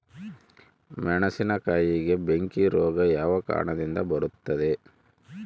ಮೆಣಸಿನಕಾಯಿಗೆ ಬೆಂಕಿ ರೋಗ ಯಾವ ಕಾರಣದಿಂದ ಬರುತ್ತದೆ?